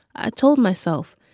i told myself,